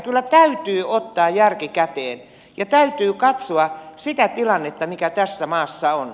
kyllä täytyy ottaa järki käteen ja täytyy katsoa sitä tilannetta mikä tässä maassa on